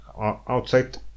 outside